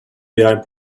behind